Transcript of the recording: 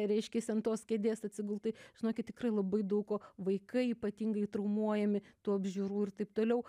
reiškiasi ant tos kėdės atsigult tai žinokit tikrai labai daug kuo vaikai ypatingai traumuojami tų apžiūrų ir taip toliau